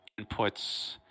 inputs